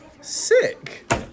Sick